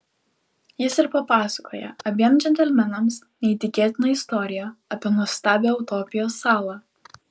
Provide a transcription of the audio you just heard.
jis ir papasakoja abiem džentelmenams neįtikėtiną istoriją apie nuostabią utopijos salą